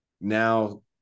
now